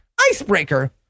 icebreaker